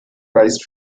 rice